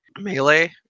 Melee